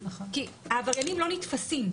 כי העבריינים לא נתפסים.